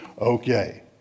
okay